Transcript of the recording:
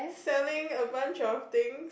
selling a bunch of thing